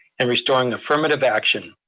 and restoring affirmative action.